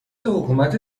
حکومت